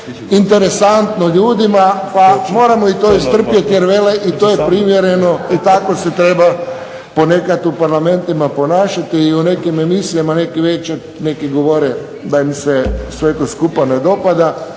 interesantno ljudima pa moramo i to istrpjeti, jer vele i to je primjereno i tako se treba ponekad u parlamentima ponašati. I u nekim emisijama neku večer neki govore da im se sve to skupa ne dopada.